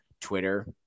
twitter